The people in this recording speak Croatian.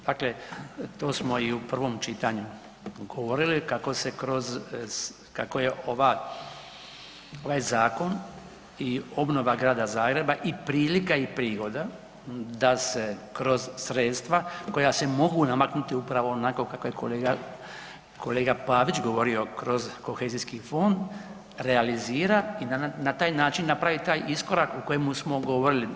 Dakle, to smo i u prvom čitanju govorili kako je ovaj zakon i obnova Grada Zagreba i prilika i prigoda da se kroz sredstva koja se mogu namaknuti upravo onako kako je kolega Pavić govorio kroz kohezijski fond realizira i na taj način napraviti taj iskorak o kojemu smo govorili.